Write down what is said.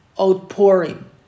outpouring